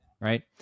right